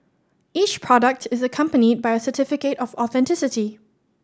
each product is accompanied by a certificate of authenticity